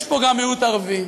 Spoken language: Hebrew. יש פה גם מיעוט ערבי,